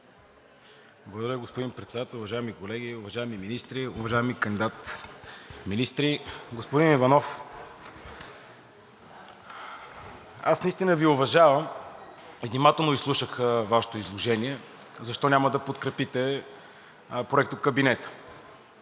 Благодаря, господин Председател. Уважаеми колеги, уважаеми министри, уважаеми кандидат-министри! Господин Иванов, наистина Ви уважавам и внимателно изслушах Вашето изложение защо няма да подкрепите проектокабинета.